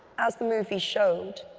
as the movie shoed,